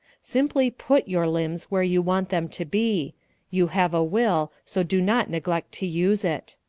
simply put your limbs where you want them to be you have a will, so do not neglect to use it.